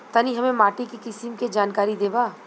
तनि हमें माटी के किसीम के जानकारी देबा?